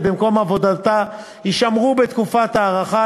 במקום עבודתה יישמרו בתקופת ההארכה,